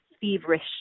feverish